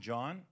John